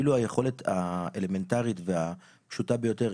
אפילו היכולת האלמנטרית והפשוטה ביותר,